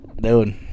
Dude